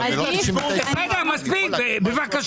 אבל זה לא 99. רגע, מספיק, בבקשה.